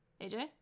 AJ